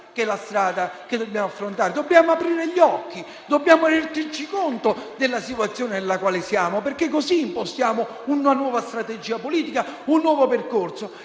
è la strada da percorrere. Dobbiamo aprire gli occhi, dobbiamo renderci conto della situazione nella quale siamo, perché solo così impostiamo una nuova strategia politica, un nuovo percorso,